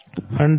5100 5